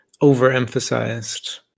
overemphasized